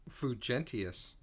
Flugentius